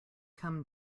come